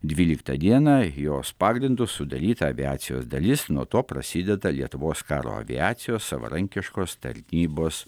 dvyliktą dieną jos pagrindu sudaryta aviacijos dalis nuo to prasideda lietuvos karo aviacijos savarankiškos tarnybos